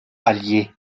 allié